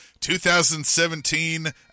2017